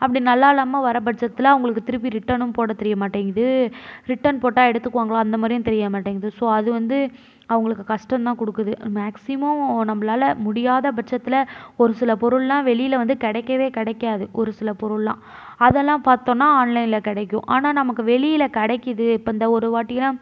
அப்படி நல்லா இல்லாமல் வர பட்சத்தில் அவங்களுக்கு திருப்பி ரிட்டனும் போட தெரிய மாட்டேங்குது ரிட்டன் போட்டால் எடுத்துக்குவாங்களா அந்த மாதிரியும் தெரிய மாட்டேங்குது ஸோ அது வந்து அவங்களுக்கு கஷ்டம் தான் கொடுக்குது மேக்சிமம் நம்பளால் முடியாத பட்சத்தில் ஒரு சில பொருள்லாம் வெளியில் வந்து கிடைக்கவே கிடைக்காது ஒரு சில பொருள்லாம் அதல்லாம் பார்த்தோன்னா ஆன்லைனில் கிடைக்கும் ஆனால் நமக்கு வெளியில் கிடைக்குது இப்போ இந்த ஒரு வாட்டினால்